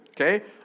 okay